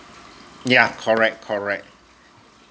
yeah correct correct